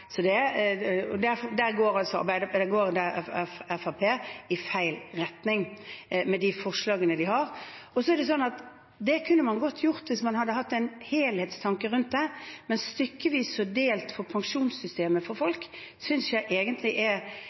Der går Fremskrittspartiet i feil retning med de forslagene de har. Dette kunne man godt ha gjort hvis man hadde hatt en helhetstanke rundt det, men stykkevis og delt for pensjonssystemet for folk, synes jeg egentlig er